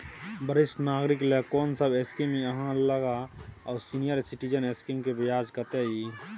वरिष्ठ नागरिक ल कोन सब स्कीम इ आहाँ लग आ सीनियर सिटीजन स्कीम के ब्याज कत्ते इ?